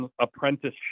apprenticeship